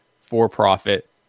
for-profit